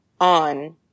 on